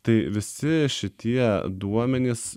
tai visi šitie duomenys